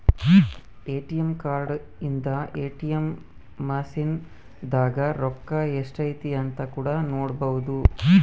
ATM card ಇಂದ ATM machine ದಾಗ ರೊಕ್ಕ ಎಷ್ಟೈತೆ ಅಂತ ಕೂಡ ನೊಡ್ಬೊದು